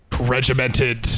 regimented